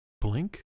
blink